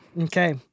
Okay